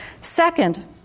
Second